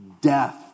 death